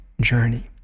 journey